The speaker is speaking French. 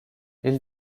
ils